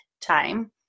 time